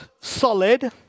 solid